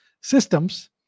systems